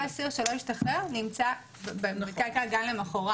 כל אסיר שלא השתחרר נמצא גם למחרת,